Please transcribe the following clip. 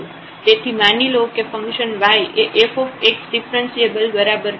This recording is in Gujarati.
તેથી માની લો કે ફંકશન yએ f ડિફ્રન્સિએબલ બરાબર છે